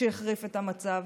שהחריף את המצב,